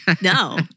No